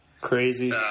crazy